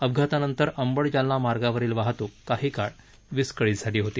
अपघातानंतर अंबड जालना मार्गावरील वाहतूक काही काळ विस्कळीत झाली होती